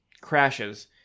crashes